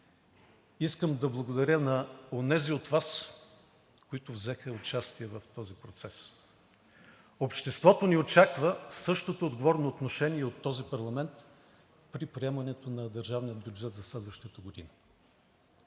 Искам да благодаря на онези от Вас, които взеха участие в този процес. Обществото ни очаква същото отговорно отношение и от този парламент при приемането на държавния бюджет за следващата година.